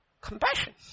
compassion